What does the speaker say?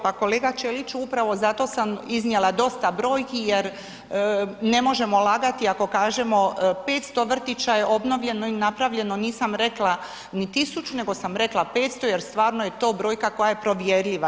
Pa kolega Ćeliću, upravo zato sam iznijela dosta brojki jer ne možemo lagati ako kažemo, 500 vrtića je obnovljeno i napravljeno, nisam rekla ni 1000 nego sam rekla 500 jer stvarno je to brojka koja je provjerljiva.